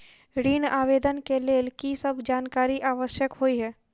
ऋण आवेदन केँ लेल की सब जानकारी आवश्यक होइ है?